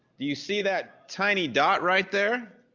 you see that tiny dot right there?